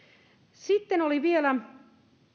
sitten oli vielä